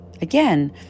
Again